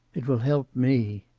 it will help me.